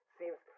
seems